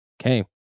Okay